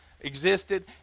existed